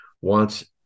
wants